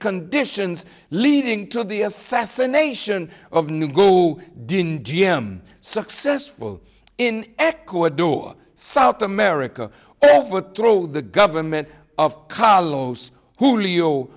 conditions leading to the assassination of new glue didn't g m successful in ecuador south america ever told the government of carlos julio